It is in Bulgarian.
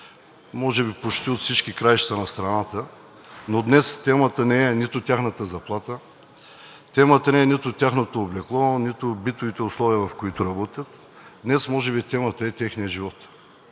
може би почти от всички краища на страната, но днес темата не е нито тяхната заплата, темата не е нито тяхното облекло, нито битовите условия, в които работят, днес може би темата е техният живот.